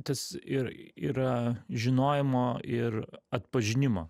tas ir yra žinojimo ir atpažinimo